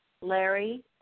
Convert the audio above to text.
Larry